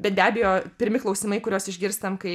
bet be abejo pirmi klausimai kuriuos išgirstam kai